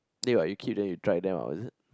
then what you kick them you drag them out is it